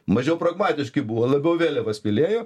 mažiau pragmatiški buvo labiau vėliavas mylėjo